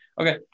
okay